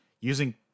using